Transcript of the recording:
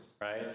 right